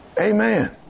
Amen